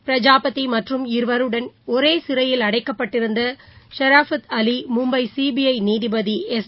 பிரஜாபதிமற்றும் இருவருடன் ஒரேசிறையில் அடைக்கப்பட்டிருந்த ஷரஃபத் அலி மும்பை சிபிஜநீதிபதி எஸ்